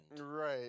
Right